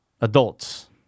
Adults